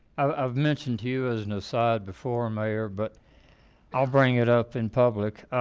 i've mentioned to you as an aside before mayor, but i'll bring it up in public